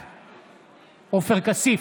בעד עופר כסיף,